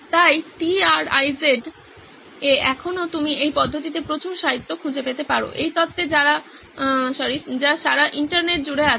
তাই T R I Z এ এখনও আপনি এই পদ্ধতিতে প্রচুর সাহিত্য খুঁজে পেতে পারেন এই তত্ত্বে যা সারা ইন্টারনেট জুড়ে আছে